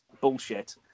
bullshit